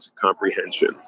comprehension